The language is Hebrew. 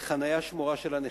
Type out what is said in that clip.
מקום לחנייה שמורה של הנכה,